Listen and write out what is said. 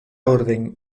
orden